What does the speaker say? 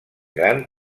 gran